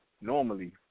normally